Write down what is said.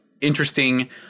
interesting